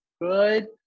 good